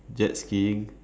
jet skiing